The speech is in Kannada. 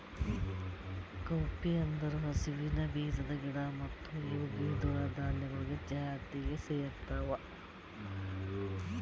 ಕೌಪೀ ಅಂದುರ್ ಹಸುವಿನ ಬೀಜದ ಗಿಡ ಮತ್ತ ಇವು ದ್ವಿದಳ ಧಾನ್ಯಗೊಳ್ ಜಾತಿಗ್ ಸೇರ್ತಾವ